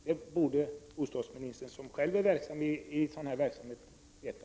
Det borde bostadsministern, som själv är verksam i sådan verksamhet, veta.